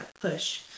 push